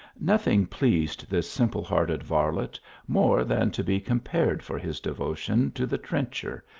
nothing pleased this simple-hearted varlet more than to be compared, for his devotion to the trencher,